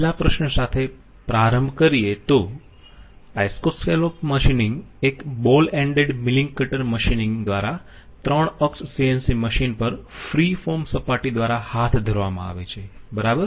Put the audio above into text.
પહેલા પ્રશ્ન સાથે પ્રારંભ કરીયે તો આઈસોસ્કેલોપ મશિનિંગ એક ball ended milling cutter machining દ્વારા 3 અક્ષ સીએનસી મશીન પર ફ્રી ફોર્મ સપાટી દ્વારા હાથ ધરવામાં આવે છે બરાબર